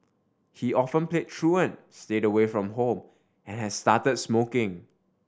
he often played truant stayed away from home and had started smoking